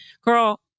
Girl